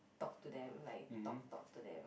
talk to them like talk talk to them